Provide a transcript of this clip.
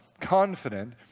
confident